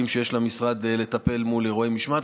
שיש למשרד כדי לטפל מול אירועי משמעת.